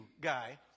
guy